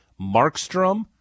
Markstrom